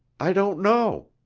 i don't know.